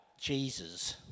Jesus